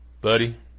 buddy